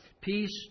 Peace